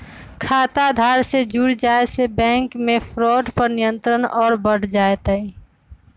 खाता आधार से जुड़ जाये से बैंक मे फ्रॉड पर नियंत्रण और बढ़ जय तय